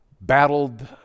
battled